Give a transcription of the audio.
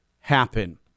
happen